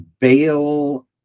bail